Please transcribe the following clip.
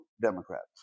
Democrats